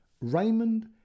Raymond